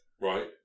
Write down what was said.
right